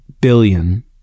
billion